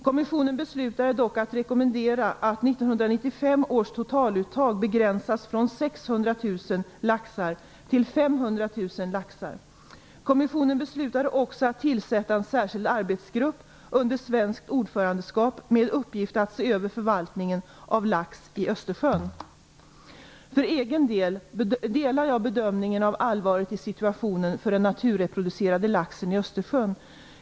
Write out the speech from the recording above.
Kommissionen beslutade dock att rekommendera att 1995 års totaluttag begränsas från 600 000 till 500 000 laxar. Kommissionen beslutade också att tillsätta en särskild arbetsgrupp under svenskt ordförandeskap med uppgift att se över förvaltningen av lax i Östersjön. För egen del delar jag bedömningen av allvaret i situationen för den naturreproducerande laxen i Östersjön.